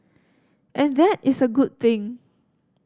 and that is a good thing